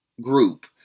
group